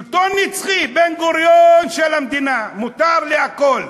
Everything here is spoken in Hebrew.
שלטון נצחי, בן-גוריון של המדינה: מותר לי הכול,